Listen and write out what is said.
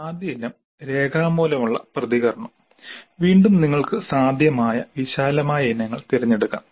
ആദ്യ ഇനം രേഖാമൂലമുള്ള പ്രതികരണ വീണ്ടും നിങ്ങൾക്ക് സാധ്യമായ വിശാലമായ ഇനങ്ങൾ തിരഞ്ഞെടുക്കാം